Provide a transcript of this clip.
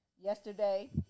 yesterday